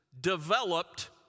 developed